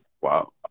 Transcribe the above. Wow